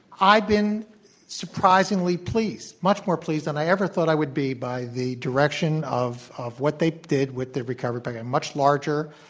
i've been surprisingly pleased, much more pleased than i ever thought i would be by the direction of of what they did with the recovery plan, much larger,